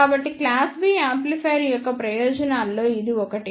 కాబట్టి class B యాంప్లిఫైయర్ల యొక్క ప్రయోజనాల్లో ఇది ఒకటి